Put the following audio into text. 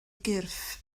gyrff